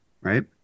right